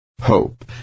hope